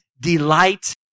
delight